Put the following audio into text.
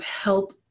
help